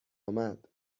آمد